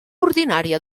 ordinària